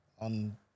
On